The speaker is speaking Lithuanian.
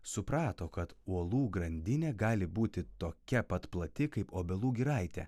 suprato kad uolų grandinė gali būti tokia pat plati kaip obelų giraitė